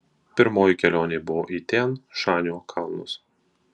pirmoji kelionė buvo į tian šanio kalnus